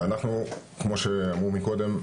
כמו שאמרו מקודם,